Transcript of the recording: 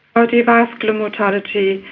cardiovascular mortality,